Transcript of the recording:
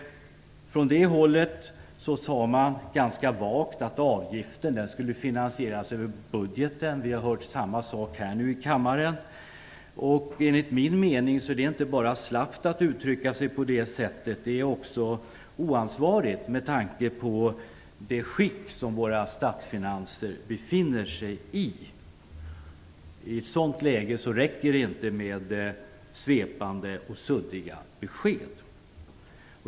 Från det hållet sade man ganska vagt att avgiften skulle finansieras över budgeten. Vi har hört samma sak nu i kammaren. Enligt min mening är det inte bara slappt att uttrycka sig på det sättet. Det är också oansvarigt, med tanke på det skick som våra statsfinanser befinner sig i. I ett sådant läge räcker det inte med svepande och suddiga besked.